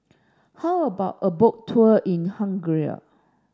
how about a boat tour in Hungary